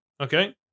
Okay